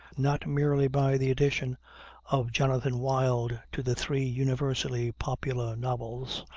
not merely by the addition of jonathan wild to the three universally popular novels,